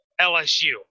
LSU